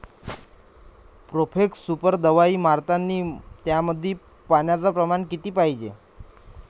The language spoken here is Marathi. प्रोफेक्स सुपर दवाई मारतानी त्यामंदी पान्याचं प्रमाण किती पायजे?